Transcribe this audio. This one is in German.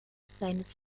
seines